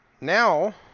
Now